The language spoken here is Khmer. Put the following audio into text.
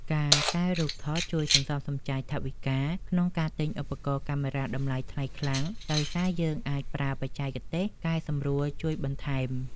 ការកែរូបថតជួយសន្សំសំចៃថវិកាក្នុងការទិញឧបករណ៍កាមេរ៉ាតម្លៃថ្លៃខ្លាំង ដោយសារយើងអាចប្រើបច្ចេកទេសកែសម្រួលជួយបន្ថែម។